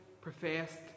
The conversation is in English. professed